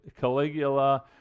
Caligula